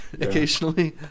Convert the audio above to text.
occasionally